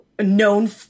known